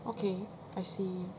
okay I see